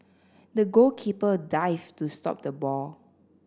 the goalkeeper dived to stop the ball